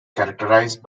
characterised